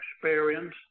experience